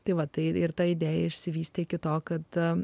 tai va tai ir ta idėja išsivystė iki to kada